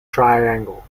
triangle